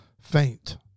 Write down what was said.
faint